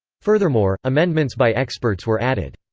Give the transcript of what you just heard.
furthermore, amendments by experts were added.